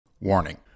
warning